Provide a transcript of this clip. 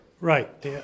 Right